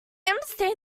understand